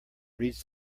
reads